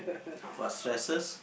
what stresses